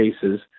cases